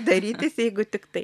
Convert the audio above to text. darytis jeigu tiktai